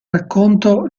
racconto